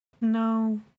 No